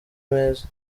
meza